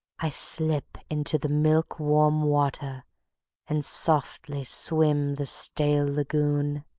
i slip into the milk-warm water and softly swim the stale lagoon.